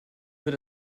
wird